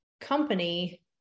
company